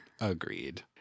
Agreed